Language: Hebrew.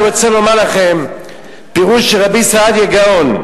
אני רוצה לומר לכם פירוש של רבי סעדיה גאון.